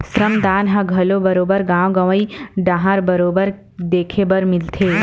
श्रम दान ह घलो बरोबर गाँव गंवई डाहर बरोबर देखे बर मिलथे